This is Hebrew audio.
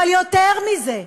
אבל יותר מזה,